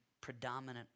Predominant